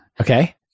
Okay